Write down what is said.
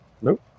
nope